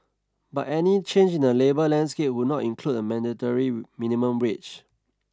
but any change in the labour landscape would not include a mandatory minimum wage